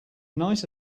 nice